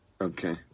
Okay